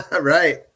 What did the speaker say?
Right